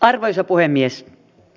arvoisa puhemies